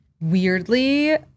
Weirdly